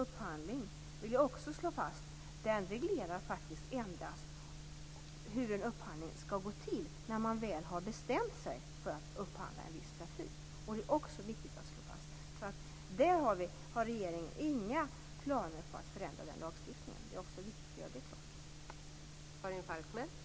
Men det måste också finnas någon rimlighet i att om skattebetalarna har varit med och byggt upp ett trafiknät som man finner tillfredsställande skall man heller inte slå undan möjligheten för att det får fortsätta att utvecklas.